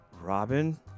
Robin